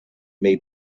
may